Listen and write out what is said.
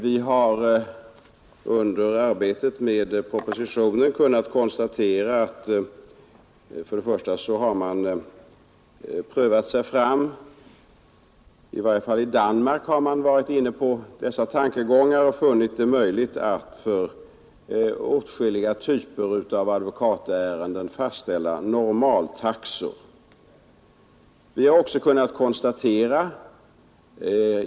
Vi har under arbetet med propositionen kunnat konstatera att man försökt pröva sig fram. I Danmark har man i varje fall varit inne på samma tankegångar och funnit det möjligt att för olika typer av advokatärenden fastställa normaltaxor.